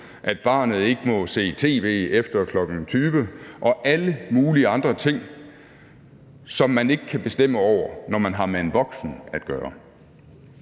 at barnet ikke må se tv efter kl. 20 og alle mulige andre ting, som man ikke kan bestemme over, når man har med en voksen at gøre.